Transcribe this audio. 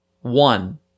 One